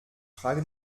frage